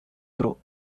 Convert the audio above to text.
grow